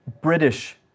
British